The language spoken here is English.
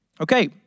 Okay